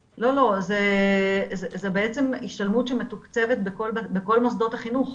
לא, זו השתלמות שמתוקצבת בכל מוסדות החינוך.